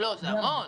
זה המון.